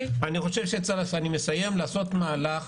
אני חושב שצריך לעשות מהלך,